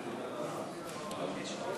ההצעה